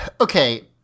okay